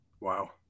wow